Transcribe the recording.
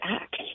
act